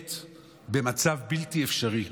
באמת במצב בלתי אפשרי.